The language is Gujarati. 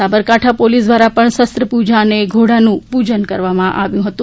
સાબરકાંઠા પોલીસ દ્વારા પણ શસ્ત્રપૂજા અને ઘોડાનું પૂજન કરાયું હતું